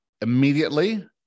immediately